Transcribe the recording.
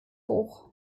hoch